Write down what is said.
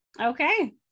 Okay